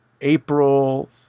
April